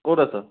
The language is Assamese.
ক'ত আছ